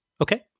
okay